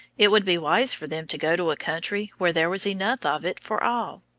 it would be wise for them to go to a country where there was enough of it for all.